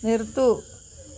നിർത്തൂ